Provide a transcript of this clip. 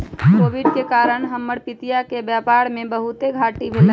Covid के कारण हमर पितिया के व्यापार में बहुते घाट्टी भेलइ